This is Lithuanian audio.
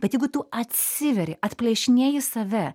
bet jeigu tu atsiveri atplėšinėji save